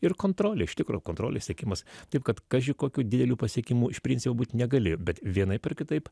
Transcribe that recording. ir kontrolė iš tikro kontrolė sekimas taip kad kaži kokių didelių pasiekimų iš principo būti negalėjo bet vienaip ar kitaip